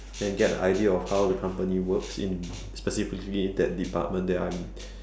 then get an idea of how the company works in specifically that department that I'm